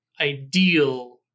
ideal